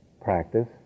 practice